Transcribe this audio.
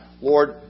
Lord